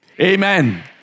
Amen